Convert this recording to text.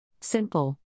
Simple